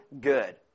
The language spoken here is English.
good